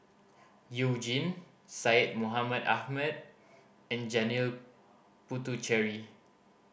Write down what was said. You Jin Syed Mohamed Ahmed and Janil Puthucheary